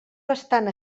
bastant